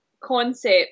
concept